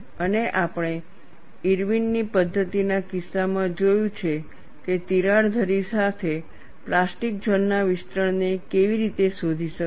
અને આપણે ઇરવિન ની પદ્ધતિના કિસ્સામાં જોયું છે કે તિરાડ ધરી સાથે પ્લાસ્ટિક ઝોન ના વિસ્તરણને કેવી રીતે શોધી શકાય